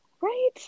Right